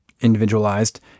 Individualized